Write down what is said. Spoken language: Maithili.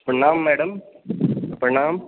प्रणाम मैडम प्रणाम